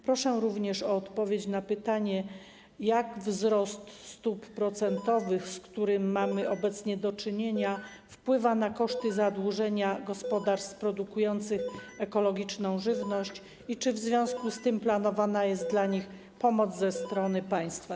Proszę również o odpowiedź na pytanie, jak wzrost stóp procentowych, z którym mamy obecnie do czynienia, wpływa na koszty zadłużenia gospodarstw produkujących ekologiczną żywność i czy w związku z tym planowana jest dla nich pomoc ze strony państwa.